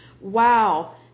Wow